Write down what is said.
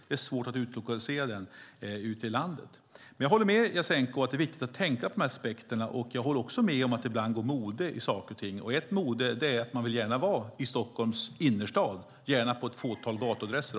Det är svårt att utlokalisera riksdagen ut i landet. Jag håller med Jasenko om att det är viktigt att tänka på dessa aspekter. Jag håller också med om att det ibland går mode i saker och ting. Ett mode är att man gärna vill vara i Stockholms innerstad och gärna på ett fåtal gatuadresser.